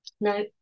no